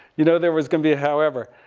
you know, there was going to be a however.